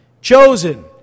Chosen